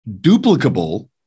duplicable